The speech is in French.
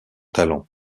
talent